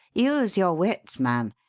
use your wits, man.